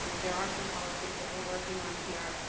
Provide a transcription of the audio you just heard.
um there are some policies that we're working on here.